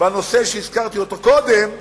בנושא שהזכרתי קודם,